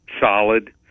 Solid